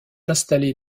installer